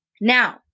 Now